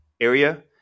area